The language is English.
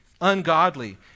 ungodly